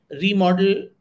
remodel